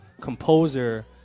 composer